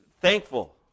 thankful